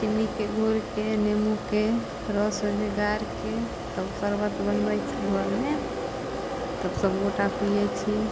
चिन्नीके घोरिके नेबोके शर्बत परमे गाड़िके तब शर्बत बनबै छी घरमे तब सब गोटा पीयै छी